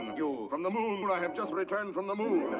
you from the moon! i have just returned from the moon.